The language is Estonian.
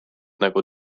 nagu